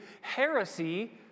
heresy